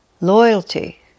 loyalty